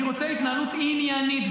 אני רוצה התנהלות עניינית,